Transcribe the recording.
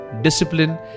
discipline